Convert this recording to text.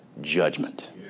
judgment